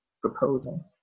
proposing